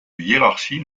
hiérarchie